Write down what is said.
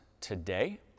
today